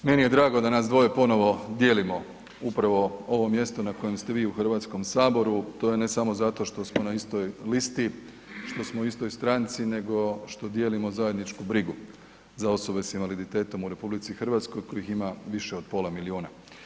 Meni je drago da nas dvoje ponovo dijelimo upravo ovo mjesto na kojem ste vi u HS, to je ne samo zato što smo na istoj listi, što smo u istoj stranci, nego što dijelimo zajedničku brigu za osobe s invaliditetom u RH kojih ima više od pola milijuna.